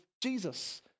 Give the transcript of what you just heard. Jesus